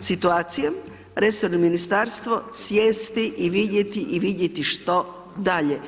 situacije, resorno ministarstvo sjesti i vidjeti i vidjeti što dalje.